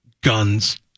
guns